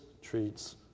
treats